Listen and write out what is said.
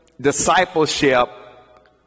discipleship